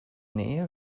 nähe